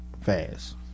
fast